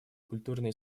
культурные